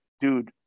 dude